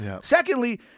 Secondly